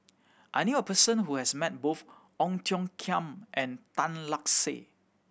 I knew a person who has met both Ong Tiong Khiam and Tan Lark Sye